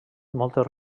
moltes